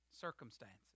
circumstances